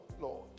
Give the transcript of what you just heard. Lord